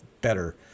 better